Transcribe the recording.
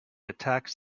attacks